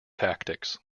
tactics